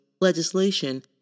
Legislation